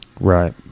Right